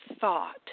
thought